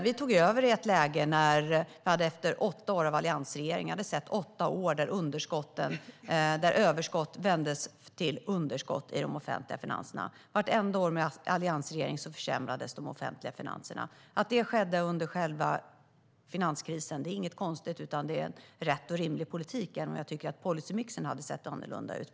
Vi tog över efter åtta år med alliansregeringar, då överskott vändes till underskott i de offentliga finanserna. Vartenda år med en alliansregering försämrades de offentliga finanserna. Att det skedde under själva finanskrisen är inget konstigt. Det är en rätt och rimlig politik, även om jag tycker att policymixen skulle ha sett annorlunda ut.